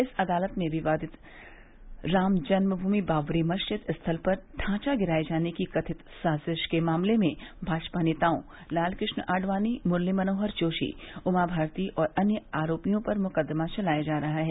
इस अदालत में विवादित राम जन्मभूमि बाबरी मस्जिद स्थल पर ढांचा गिराये जाने की कथित साजिश के मामले में भाजपा नेताओं लालकृष्ण आडवाणी मुरली मनोहर जोशी उमा भारती और अन्य आरोपियों पर मुकदमा चलाया जा रहा है